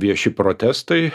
vieši protestai